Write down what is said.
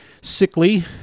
sickly